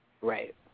Right